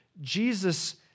Jesus